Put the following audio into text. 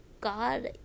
God